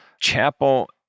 chapel